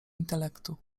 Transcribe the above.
intelektu